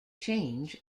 change